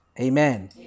Amen